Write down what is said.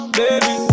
baby